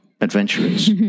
adventurers